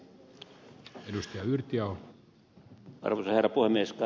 arvoisa herra puhemies